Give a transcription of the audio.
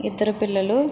ఇద్దరు పిల్లలు